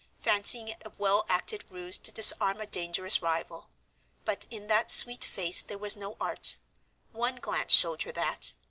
fancying it a well-acted ruse to disarm a dangerous rival but in that sweet face there was no art one glance showed her that.